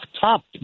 top